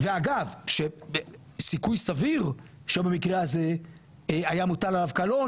ואגב שיש סיכוי סביר שבמקרה הזה היה מוטל עליו קלון,